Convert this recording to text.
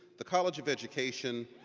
the college of education,